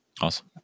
Awesome